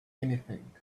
anything